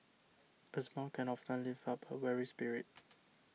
a smile can often lift up a weary spirit